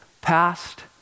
past